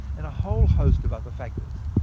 and a whole host of other factors.